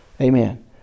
amen